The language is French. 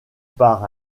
par